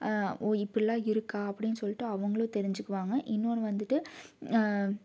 இப்பிடில்லாம் இருக்கா அப்பிடின்னு சொல்லிட்டு அவங்களும் தெரிஞ்சுக்குவாங்க இன்னொன்னு வந்துட்டு